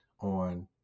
on